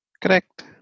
Correct